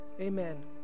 Amen